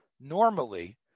normally